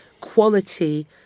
quality